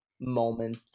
moment